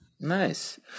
Nice